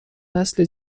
نسل